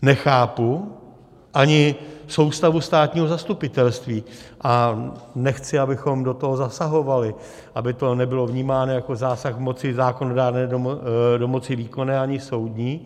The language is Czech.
Nechápu ani soustavu státního zastupitelství a nechci, abychom do toho zasahovali, aby to nebylo vnímáno jako zásah moci zákonodárné do moci výkonné ani soudní.